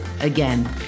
again